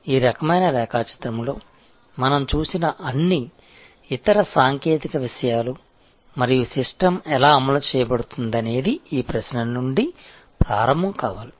ఈ రకమైన రేఖాచిత్రంలో మనం చూసిన అన్ని ఇతర సాంకేతిక విషయాలు మరియు సిస్టమ్ ఎలా అమలు చేయబడుతుందనేది ఈ ప్రశ్న నుండి ప్రారంభం కావాలి